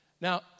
Now